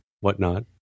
whatnot